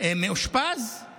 מאושפז שם,